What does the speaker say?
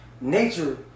Nature